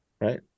Right